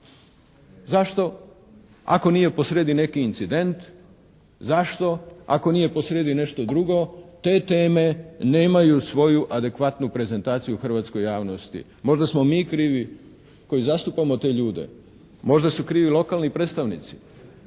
Zašto ako nije posrijedi neki incident, zašto ako nije posrijedi nešto drugo, te teme nemaju svoju adekvatnu prezentaciju hrvatskoj javnosti. Možda smo mi krivi koji zastupamo te ljude, možda su krivi lokalni predstavnici,